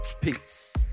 Peace